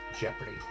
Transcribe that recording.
Jeopardy